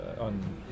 on